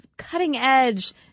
cutting-edge